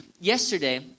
yesterday